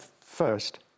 first